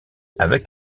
avec